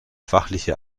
fachliche